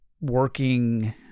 working